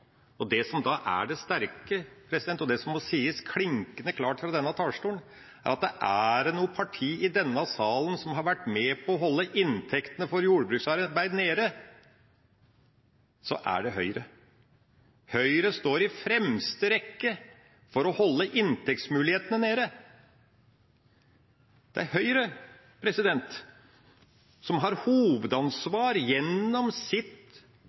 kapital. Det som da er det sterke, og det som må sies klinkende klart fra denne talerstolen, er at er det noe parti i denne salen som har vært med på å holde inntektene av jordbruksarbeid nede, så er det Høyre. Høyre står i fremste rekke når det gjelder å holde inntektsmulighetene nede. Det er Høyre som har hovedansvaret – gjennom sitt